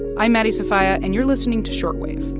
i'm maddie sofia. and you're listening to short wave,